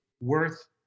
worth